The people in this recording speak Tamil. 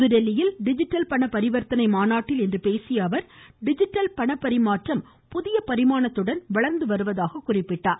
புதுதில்லியில் டிஜிட்டல் பண பரிவர்த்தனை மாநாட்டில் இன்று பேசிய அவர் டிஜிட்டல் பணப்பரிமாற்றம் புதிய பரிமாணத்துடன் வளர்ந்து வருவதாக குறிப்பிட்டார்